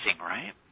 right